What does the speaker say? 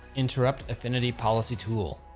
interrupt affinity policy tool.